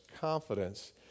confidence